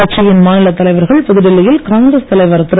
கட்சியின் மாநிலத் தலைவர்கள் புதுடில்லி யில் காங்கிரஸ் தலைவர் திரு